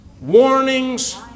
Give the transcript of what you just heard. warnings